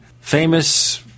famous